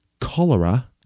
cholera